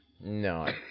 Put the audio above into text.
No